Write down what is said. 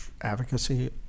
advocacy